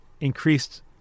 increased